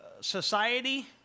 society